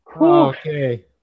Okay